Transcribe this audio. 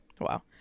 Wow